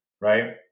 Right